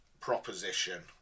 proposition